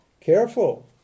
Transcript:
careful